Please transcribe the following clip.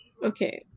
Okay